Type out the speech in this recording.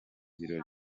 birori